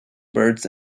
birds